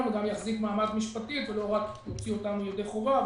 וגם יחזיק מעמד משפטית ולא רק יוציא אותנו לידי חובה.